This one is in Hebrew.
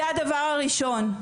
איכות זה הדבר הראשון,